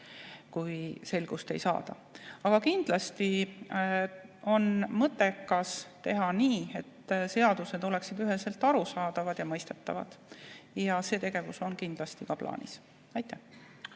kui selgust ei saada. Aga kindlasti on mõttekas teha nii, et seadused oleksid üheselt arusaadavad ja mõistetavad, ja see tegevus on kindlasti ka plaanis. Eduard